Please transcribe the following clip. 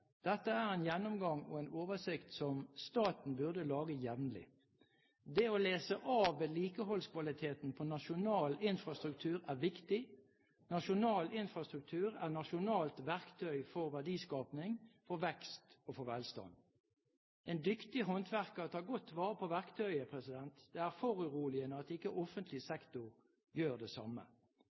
Dette er en gjennomgang og en oversikt som staten burde lage jevnlig. Det å lese av vedlikeholdskvaliteten på nasjonal infrastruktur er viktig. Nasjonal infrastruktur er nasjonalt verktøy for verdiskaping, vekst og velstand. En dyktig håndverker tar godt vare på verktøyet. Det er foruroligende at ikke offentlig sektor gjør det samme.